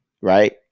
right